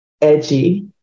edgy